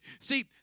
See